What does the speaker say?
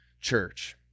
Church